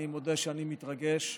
אני מודה שאני מתרגש.